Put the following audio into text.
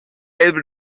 elbe